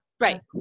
Right